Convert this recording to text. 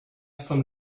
some